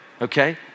okay